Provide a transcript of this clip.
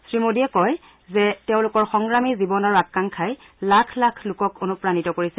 শ্ৰীমোদীয়ে কয় যে তেওঁলোকৰসংগ্ৰামী জীৱন আৰু আকাংক্ষাই লাখ লাখ লোকক অনুপ্ৰাণিত কৰিছে